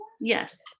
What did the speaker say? Yes